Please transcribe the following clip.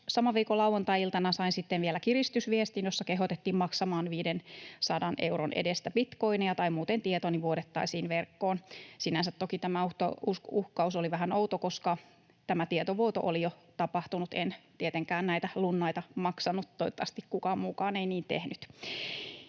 saman viikon lauantai-iltana sain sitten vielä kiristysviestin, jossa kehotettiin maksamaan 500 euron edestä bitcoineja, tai muuten tietoni vuodettaisiin verkkoon. Sinänsä toki tämä uhkaus oli vähän outo, koska tämä tietovuoto oli jo tapahtunut. En tietenkään näitä lunnaita maksanut. Toivottavasti kukaan muukaan ei niin tehnyt.